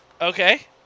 Okay